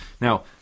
Now